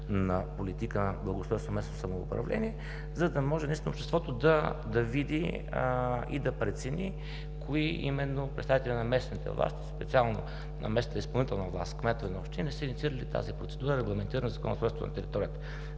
политика, благоустройство и местно самоуправление, за да може наистина обществото да види и да прецени кои именно представители на местните власти, специално на местната изпълнителна власт – кметове на общини, не са инициирали тази процедура, регламентирана със Закона за устройството на територията.